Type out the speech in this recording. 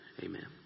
Amen